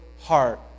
heart